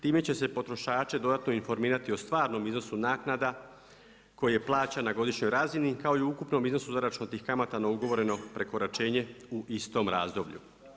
Time će se potrošače dodatno informirati o stvarnom iznosu naknada koje plaća na godišnjoj razini kao i ukupnom iznosu zaračunatih kamata na ugovoreno prekoračenje u istom razdoblju.